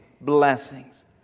blessings